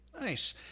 nice